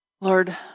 Lord